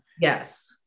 yes